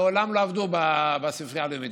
מעולם לא עבדו בספרייה הלאומית,